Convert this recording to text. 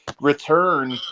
return